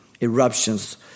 eruptions